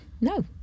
No